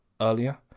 earlier